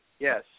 Yes